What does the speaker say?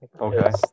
Okay